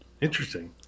interesting